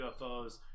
UFOs